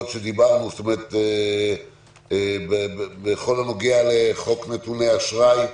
שדיברנו, זאת אומרת, בכל הנוגע לחוק נתוני אשראי,